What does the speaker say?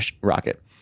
rocket